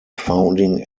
founding